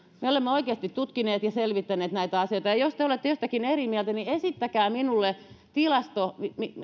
me olemme oikeasti tutkineet ja selvittäneet näitä asioita ja jos te olette jostakin eri mieltä niin esittäkää minulle tilasto